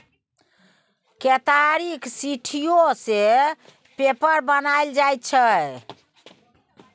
केतारीक सिट्ठीयो सँ पेपर बनाएल जाइ छै